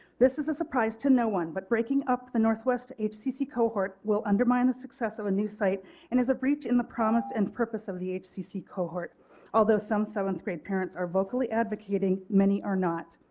this is a surprise to no one but breaking up the northwest hcc cohort will undermine the success of the new site and is a breach in the promise and purpose of the hcc cohort although some seventh grade parents are vocally advocating many are not.